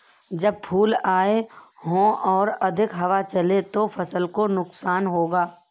जब फूल आए हों और अधिक हवा चले तो फसल को नुकसान होगा?